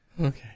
Okay